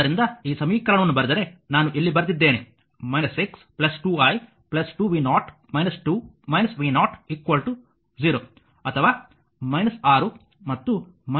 ಆದ್ದರಿಂದ ಈ ಸಮೀಕರಣವನ್ನು ಬರೆದರೆ ನಾನು ಇಲ್ಲಿ ಬರೆದಿದ್ದೇನೆ 6 2 i 2 v0 2 v0 0 ಅಥವಾ 6 ಮತ್ತು 2 ಹೊಂದಿದ್ದೀರಿ